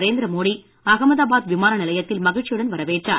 நரேந்திர மோடி அகமதாபாத் விமான நிலையத்தில் மகிழ்ச்சியுடன் வரவேற்றார்